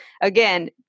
Again